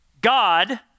God